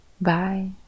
bye